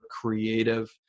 creative